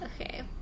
Okay